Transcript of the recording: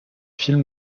film